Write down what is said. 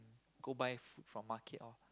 go buy food from market all